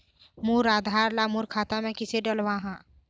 मोर आधार ला मोर खाता मे किसे डलवाहा?